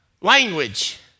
language